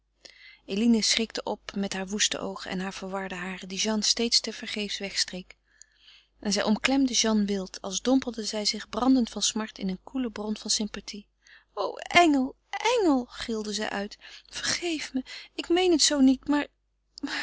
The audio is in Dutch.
eline schrikte op met haar woeste oogen en haar verwarde haren die jeanne steeds tevergeefs wegstreek en zij omklemde jeanne wild als dompelde zij zich brandend van smart in een koele bron van sympathie o engel engel gilde zij uit vergeef me ik meen het zoo niet